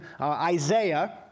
Isaiah